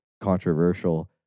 controversial